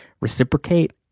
reciprocate